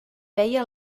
veia